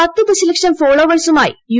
പത്ത് ദശലക്ഷം ഫോളോവേഴ്സുമായി യു